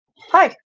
Hi